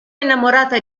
innamorata